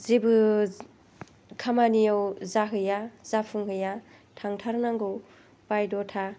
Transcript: जेबो खामानियाव जाहैया जाफुं हैया थांथार नांगौ बायद्ध'था